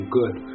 good